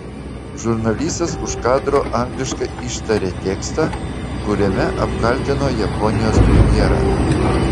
žurnalistas už kadro angliškai ištarė tekstą kuriame apkaltino japonijos premjerą